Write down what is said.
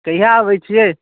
कहिया अबै छियै